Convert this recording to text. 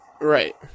Right